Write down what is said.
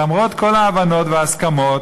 למרות כל ההבנות וההסכמות